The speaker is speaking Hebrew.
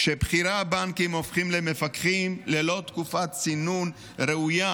כשבכירי הבנקים הופכים למפקחים ללא תקופת צינון ראויה,